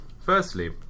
Firstly